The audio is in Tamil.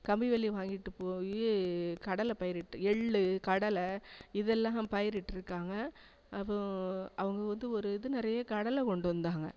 கம்பி வேலியை வாங்கிட்டு போய் கடலை பயிரிட்டு எள் கடலை இதெல்லாம் பயிரிட்டுருக்காங்க அதுவும் அவங்க வந்து ஒரு இது நிறைய கடலை கொண்டு வந்தாங்க